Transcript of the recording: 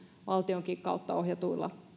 valtionkin kautta ohjatuilla